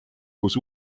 kus